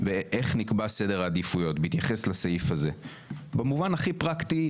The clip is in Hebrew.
ואיך נקבע סדר העדיפויות בהתייחס לסעיף הזה במובן הכי פרקטי,